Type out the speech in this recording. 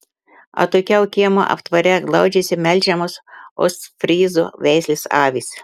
atokiau kiemo aptvare glaudžiasi melžiamos ostfryzų veislės avys